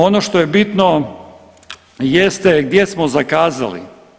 Ono što je bitno jeste gdje smo zakazali.